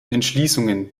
entschließungen